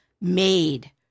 made